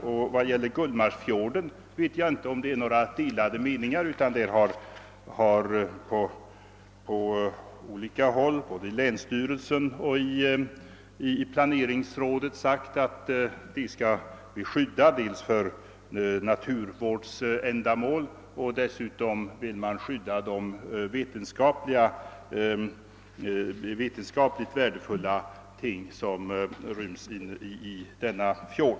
I vad gäller Gullmarsfjorden vet jag inte om att det råder några delade meningar, utan man har från olika håll — både i länsstyrelsen och i planeringsrådet — sagt att den skall skyddas dels av naturvårdsskäl, dels med hänsyn till de vetenskapligt värdefulla ting som ryms i denna fjord.